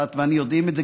ואת ואני יודעים את זה,